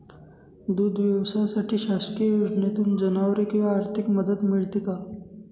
दूध व्यवसायासाठी शासकीय योजनेतून जनावरे किंवा आर्थिक मदत मिळते का?